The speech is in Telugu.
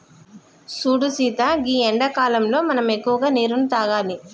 సూడు సీత గీ ఎండాకాలంలో మనం ఎక్కువగా నీరును తాగాలి